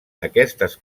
aquestes